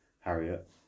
harriet